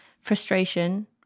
frustration